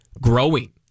growing